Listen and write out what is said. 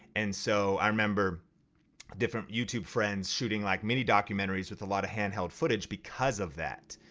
and so i remember different youtube friends shooting like many documentaries with a lot of handheld footage because of that.